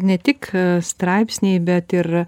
ne tik straipsniai bet ir